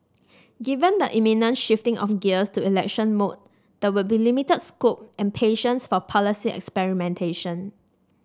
given the imminent shifting of gears to election mode there will be limited scope and patience for policy experimentation